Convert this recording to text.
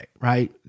right